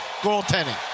Goaltending